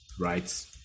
right